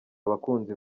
abakunzi